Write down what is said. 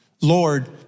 Lord